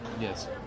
Yes